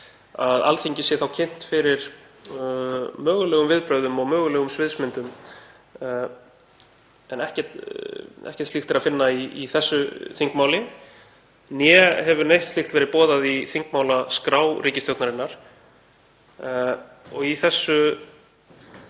að Alþingi séu kynnt möguleg viðbrögð og mögulegar sviðsmyndir en ekkert slíkt er að finna í þessu þingmáli né hefur neitt slíkt verið boðað í þingmálaskrá ríkisstjórnarinnar. Í þessu